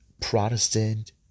Protestant